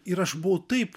ir aš buvau taip